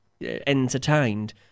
entertained